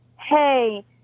hey